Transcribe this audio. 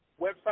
website